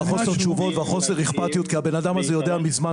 חוסר התשובות וחוסר האכפתיות כי הבן-אדם הזה יודע מזמן.